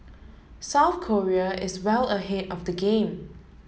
South Korea is well ahead of the game